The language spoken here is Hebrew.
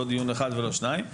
לא דיון אחד ולא שניים,